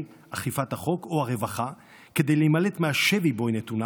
אכיפת החוק או הרווחה כדי להימלט מהשבי שבו היא נתונה,